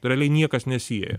realiai niekas nesieja